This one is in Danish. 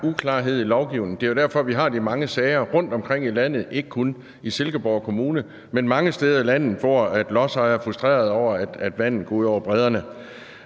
uklarhed i lovgivningen. Det er jo derfor, vi har de mange sager rundtomkring i landet, ikke kun i Silkeborg Kommune, men mange steder i landet, hvor lodsejere er frustrerede over, at vandet går ud over bredderne.